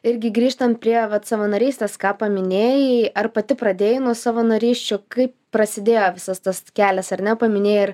irgi grįžtant prie savanorystės ką paminėjai ar pati pradėjai nuo savanorysčių kaip prasidėjo visas tas kelias ar ne paminėjai ir